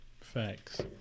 Facts